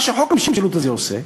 מה שחוק המשילות הזה עושה,